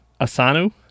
Asanu